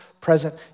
present